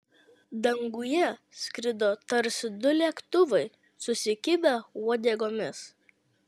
danguje skrido tarsi du lėktuvai susikibę uodegomis